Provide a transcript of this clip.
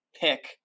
pick